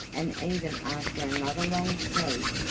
and even after another long sleep,